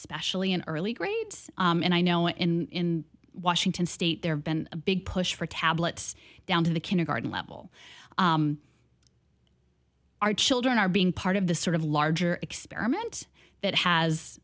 especially in early grades and i know in washington state there have been a big push for tablets down to the kindergarten level our children are being part of the sort of larger experiment that has